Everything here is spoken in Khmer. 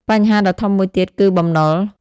បញ្ហាដ៏ធំមួយទៀតគឺ បំណុល។